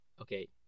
Okay